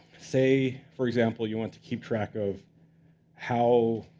say, for example, you wanted to keep track of how